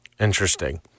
Interesting